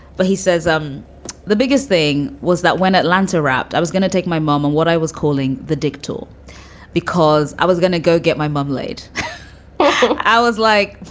but he says um the biggest thing was that when atlanta wrapped, i was gonna take my mom and what i was calling the dick tool because i was gonna go get my mum late i was like,